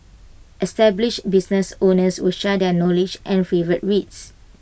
established business owners will share their knowledge and favourite reads